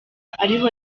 ariho